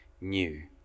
new